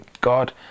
God